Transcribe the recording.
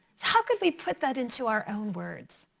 how could we put that into our own words?